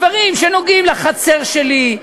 בדברים שנוגעים לחצר שלי,